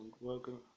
welcome